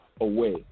away